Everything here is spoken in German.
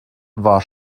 war